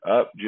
Up